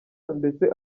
ndetse